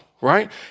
right